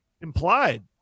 implied